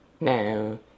No